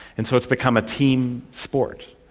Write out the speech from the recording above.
and so it's become a team sport.